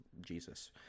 jesus